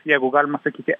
jeigu galima sakyti